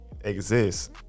exists